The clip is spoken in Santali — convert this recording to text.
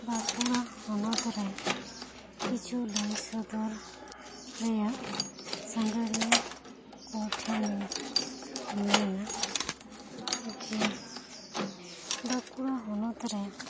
ᱵᱟᱹᱠᱩᱲᱟ ᱦᱚᱱᱚᱛ ᱨᱮ ᱠᱤᱪᱷᱩ ᱞᱟᱹᱭ ᱥᱚᱫᱚᱨ ᱨᱮᱭᱟᱜ ᱥᱟᱝᱜᱷᱟᱨᱤᱭᱟᱹ ᱠᱚᱴᱷᱮᱱ ᱤᱧ ᱢᱮᱱᱟ ᱡᱮ ᱵᱟᱹᱠᱩᱲᱟ ᱦᱚᱱᱚᱛ ᱨᱮ